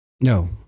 No